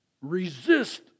resist